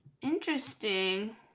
Interesting